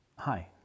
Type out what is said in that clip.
Hi